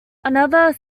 another